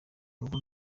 rugo